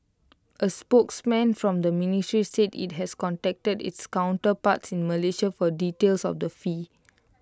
A spokesman from the ministry said IT has contacted its counterparts in Malaysia for details of the fee